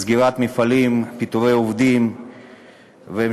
סגירת מפעלים, פיטורי עובדים וכו'